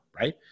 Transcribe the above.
right